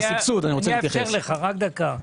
אני אאפשר לך, רק דקה.